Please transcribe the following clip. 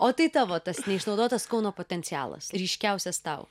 o tai tavo tas neišnaudotas kauno potencialas ryškiausias tau